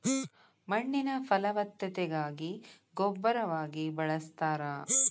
ಮಣ್ಣಿನ ಫಲವತ್ತತೆಗಾಗಿ ಗೊಬ್ಬರವಾಗಿ ಬಳಸ್ತಾರ